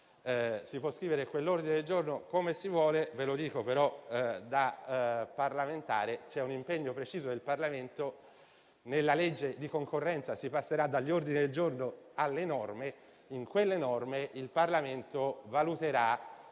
Si può scrivere quell'ordine del giorno come si vuole, ma - ve lo dico però da parlamentare - c'è un impegno preciso del Parlamento: nella legge di concorrenza si passerà dagli ordini del giorno alle norme e in queste ultime il Parlamento valuterà